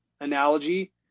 analogy